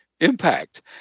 impact